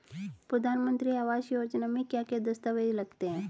प्रधानमंत्री आवास योजना में क्या क्या दस्तावेज लगते हैं?